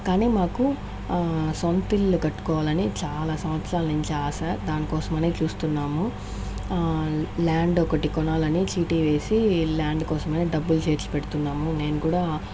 కానీ మాకు సొంత ఇల్లు కట్టుకోవాలని చాలా సంవత్సరాల నుంచి ఆశ దాని కోసమని చూస్తున్నాము ల్యాండ్ ఒకటి కొనాలని చీటీ వేసి ల్యాండ్ కోసమని డబ్బులు చేర్చి పెడుతున్నాము నేను కూడా